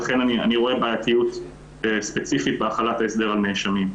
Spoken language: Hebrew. ולכן אני רואה בעייתיות ספציפית בהחלת ההסדר על נאשמים.